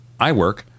iWork